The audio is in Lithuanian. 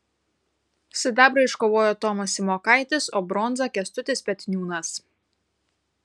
sidabrą iškovojo tomas simokaitis o bronzą kęstutis petniūnas